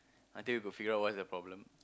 until we could figure out what's the problem